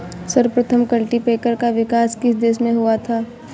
सर्वप्रथम कल्टीपैकर का विकास किस देश में हुआ था?